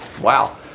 Wow